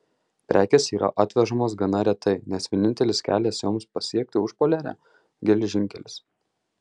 prekės yra atvežamos gana retai nes vienintelis kelias joms pasiekti užpoliarę geležinkelis